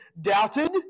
doubted